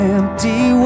Empty